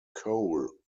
cole